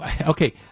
okay